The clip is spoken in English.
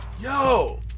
Yo